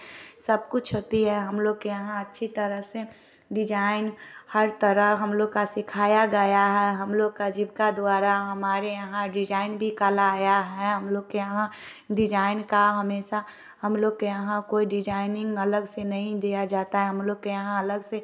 सब कुछ होती है हम लोग के यहाँ अच्छी तरह से डिजाईन हर तरह हम लोगों का सिखाया गया है हम लोगों का जीविका द्वारा हमारे यहाँ डिजाईन भी कराया है हम लोग के यहाँ डिजाईन का हमेशा हम लोग के यहाँ कोई डिजाईनिग अलग से नहीं दिया जाता है हम लोगों के यहाँ अलग से